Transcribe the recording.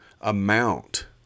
amount